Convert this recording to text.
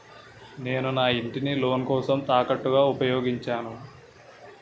నేను నా ఇంటిని లోన్ కోసం తాకట్టుగా ఉపయోగించాను